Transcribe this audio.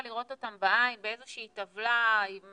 לראות אותם בעין באיזה שהיא טבלה עם